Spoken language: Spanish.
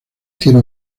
tiene